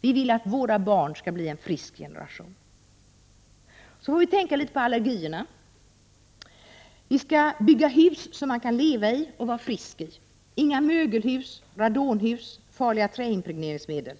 Vi vill att våra barn skall bli en frisk generation. Minska allergierna genom att bygga hus som man kan leva i och vara frisk i. Inga mögelhus, radonhus, farliga träimpregneringsmedel.